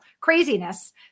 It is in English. craziness